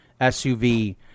SUV